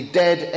dead